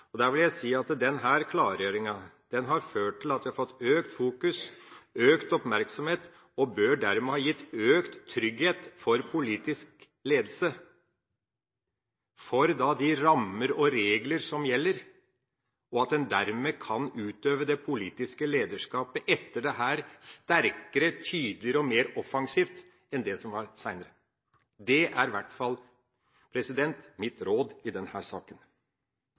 Da vil jeg si at denne klargjøringa har ført til at vi har fått økt fokus og oppmerksomhet og bør dermed ha gitt økt trygghet for politisk ledelse med tanke på de rammer og regler som gjelder, og at man etter dette dermed kan utøve det politiske lederskapet sterkere og tydeligere og mer offensivt enn det man har gjort i det seinere. Det er i hvert fall mitt råd i denne saken.